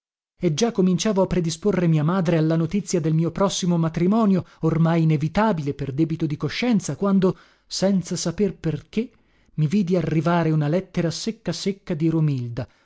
e già cominciavo a predisporre mia madre alla notizia del mio prossimo matrimonio ormai inevitabile per debito di coscienza quando senza saper perché mi vidi arrivare una lettera secca secca di romilda